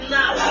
now